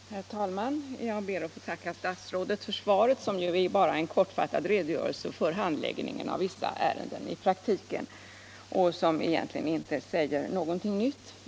Herr talman! Jag ber att få tacka statsrådet för svaret, som bara är en kortfattad redogörelse för handläggningen av vissa ärenden i praktiken och som egentligen inte säger någonting nytt.